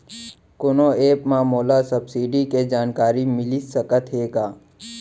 कोनो एप मा मोला सब्सिडी के जानकारी मिलिस सकत हे का?